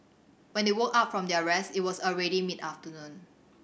when they woke up from their rest it was already mid afternoon